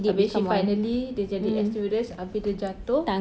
abeh she finally dia jadi air stewardess abeh dia jatuh